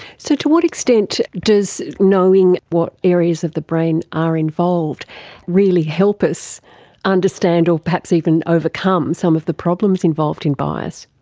so to what extent does knowing what areas of the brain are involved really help us understand or perhaps even overcome some of the problems involved in bias?